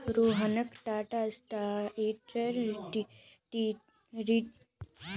रोहनक टाटास्काई डीटीएचेर रिचार्ज करवा व स छेक